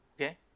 Okay